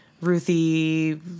Ruthie